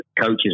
coaches